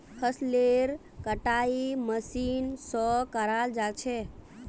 फसलेर कटाई मशीन स कराल जा छेक